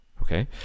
Okay